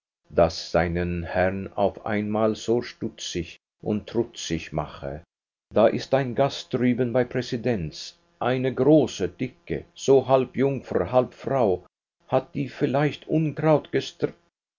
das seinen herrn auf einmal so stutzig und trutzig mache da ist ein gast drüben bei präsidents eine große dicke so halb jungfer halb frau hat die vielleicht unkraut